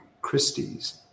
Christie's